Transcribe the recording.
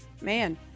man